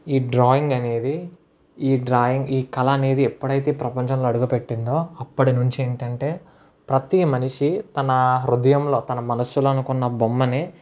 ఈ డ్రాయింగ్ అనేది ఈ డ్రాయింగ్ ఈ కళ అనేది ఎప్పుడైతే ప్రపంచంలో అడుగు పెట్టిందో అప్పటి నుంచి ఏంటంటే ప్రతి మనిషి తన హృదయంలో తన మనసులో అనుకున్న బొమ్మని